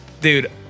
dude